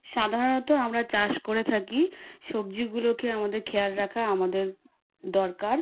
সাধারণত আমরা চাষ করে থাকি সবজিগুলোকে আমাদের খেয়াল রাখা আমাদের দরকার